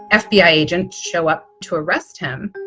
and fbi agents show up to arrest him.